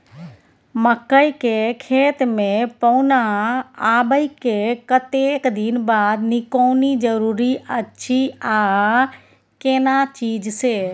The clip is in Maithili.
मकई के खेत मे पौना आबय के कतेक दिन बाद निकौनी जरूरी अछि आ केना चीज से?